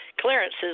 clearances